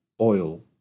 oil